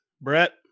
Brett